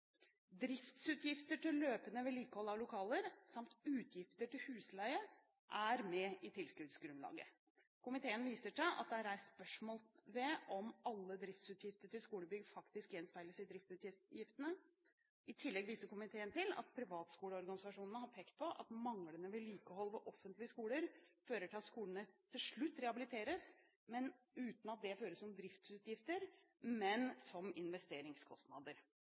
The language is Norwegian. Driftsutgifter til løpende vedlikehold av lokaler samt utgifter til husleie er med i tilskuddsgrunnlaget. Komiteen viser til at det er reist spørsmål ved om alle driftsutgifter til skolebygg faktisk gjenspeiles i driftsutgiftene. I tillegg viser komiteen til at privatskoleorganisasjonene har pekt på at manglende vedlikehold ved offentlige skoler fører til at skolene til slutt rehabiliteres, uten at det føres som driftsutgifter, men som investeringskostnader.